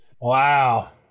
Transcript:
Wow